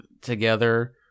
together